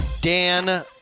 Dan